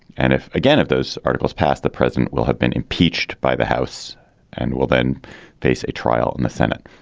and if again, if those articles pass, the president will have been impeached by the house and will then face a trial in the senate.